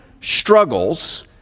struggles